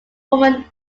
woman